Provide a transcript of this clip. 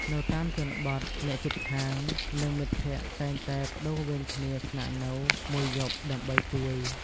នៅតាមជនបទ អ្នកជិតខាង និងមិត្តភ័ក្តិតែងតែប្តូរវេនគ្នាស្នាក់នៅមួយយប់ដើម្បីជួយ។